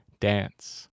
dance